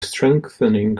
strengthening